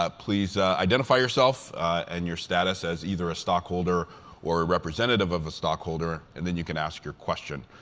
ah please identify yourself and your status as either a stockholder or a representative of a stockholder, and then you can ask your question.